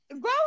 go